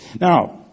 Now